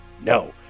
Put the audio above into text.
no